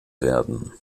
werden